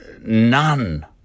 none